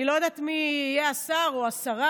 אני לא יודעת מי יהיה השר או השרה,